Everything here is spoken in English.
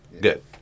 good